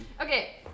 Okay